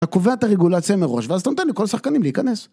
אתה קובע את הרגולציה מראש ואז אתה נותן לכל השחקנים להיכנס